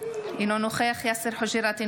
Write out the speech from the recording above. אינו נוכח יאסר חוג'יראת,